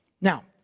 Now